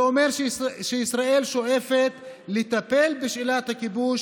זה אומר שישראל שואפת לטפל בשאלת הכיבוש